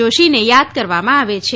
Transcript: જોશી યાદ કરવામાં આવે છે